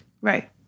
Right